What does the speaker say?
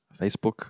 Facebook